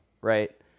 right